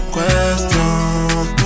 Question